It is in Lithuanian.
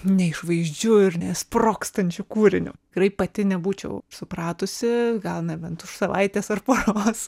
neišvaizdžiu ir nesprogstančiu kūriniu tikrai pati nebūčiau supratusi gal nebent už savaitės ar poros